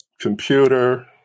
computer